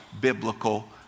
biblical